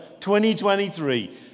2023